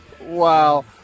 Wow